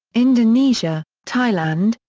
indonesia, thailand,